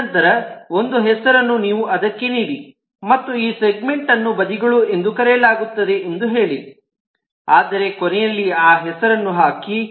ತದನಂತರ ಒಂದು ಹೆಸರನ್ನು ನೀವು ಅದಕ್ಕೆ ನೀಡಿ ಮತ್ತು ಈ ಸೆಗ್ಮೆಂಟ್ ಅನ್ನು ಬದಿಗಳು ಎಂದು ಕರೆಯಲಾಗುತ್ತದೆ ಎಂದು ಹೇಳಿ ಆದರೆ ಕೊನೆಯಲ್ಲಿ ಆ ಹೆಸರನ್ನು ಹಾಕಿ